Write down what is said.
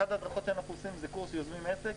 אחת ההדרכות שאנחנו עושים זה קורס יוזמים עסק.